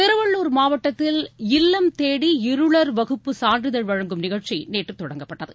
திருவள்ளுர் மாவட்டத்தில் இல்லம் தேடி இருளர் வகுப்பு சான்றிதழ் வழங்கும் நிகழ்ச்சி நேற்று தொடங்கப்பட்டது